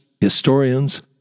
historians